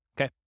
Okay